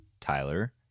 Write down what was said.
Tyler